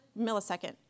millisecond